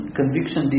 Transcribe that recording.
conviction